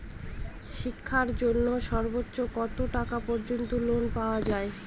শিক্ষার জন্য সর্বোচ্চ কত টাকা পর্যন্ত লোন পাওয়া য়ায়?